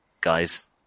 Guys